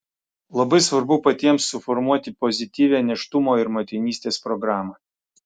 labai svarbu patiems suformuoti pozityvią nėštumo ir motinystės programą